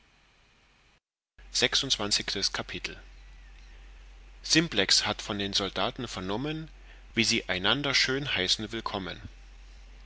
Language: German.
simplex hat von den soldaten vernommen wie sie einander schön heißen willkommen